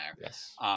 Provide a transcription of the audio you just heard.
Yes